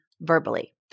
verbally